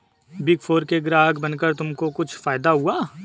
Big four के ग्राहक बनकर तुमको कुछ फायदा हुआ?